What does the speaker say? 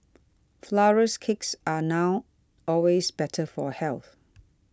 Flourless Cakes are now always better for health